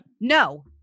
No